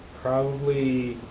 probably